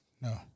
No